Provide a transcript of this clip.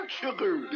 sugar